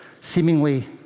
seemingly